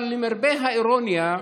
אבל למרבה האירוניה,